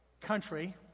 country